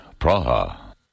Praha